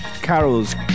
Carols